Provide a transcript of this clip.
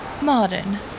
Modern